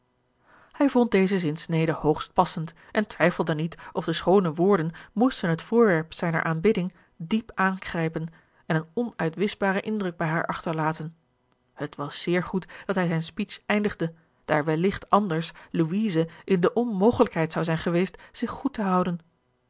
hij vond deze zinsnede hoogst passend en twijfelde niet of de schoone woorden moesten het voorwerp zijner aanbidding diep aankrijpen en een onuitwischbaren indruk bij haar achterlaten het was zeer goed dat hij zijne speech eindigde daar welligt anders louise in de onmogelijkheid zou zijn geweest zich goed te houden